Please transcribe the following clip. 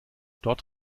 dort